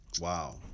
Wow